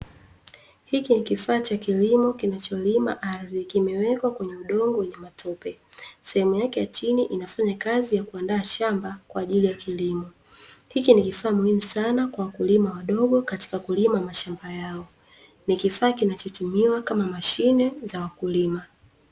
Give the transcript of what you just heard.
Hiki ni kifaa cha kilimo kinacho lima ardhi kimewekwa kwenye udongo wenye matope, sehemu yake ya chini inafanya kazi ya kuandaa shamba kwajili ya kilimo. Hiki ni kifaa muhimu sana kwa wakulima wadogo katika kulima mashamba yao ni kifaa kinachotumiwa kama machine za wakulima.